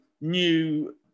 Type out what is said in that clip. new